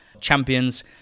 champions